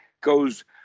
goes